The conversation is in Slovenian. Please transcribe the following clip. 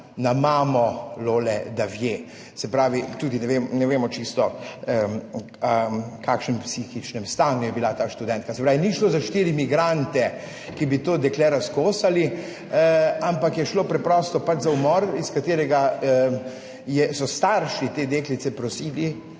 na mamo Lole Daviet, se pravi, tudi, ne vemo čisto v kakšnem psihičnem stanju je bila ta študentka. Se pravi, ni šlo za štiri migrante, ki bi to dekle razkosali, ampak je šlo preprosto pač za umor, iz katerega so starši te deklice prosili,